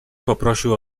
poprosił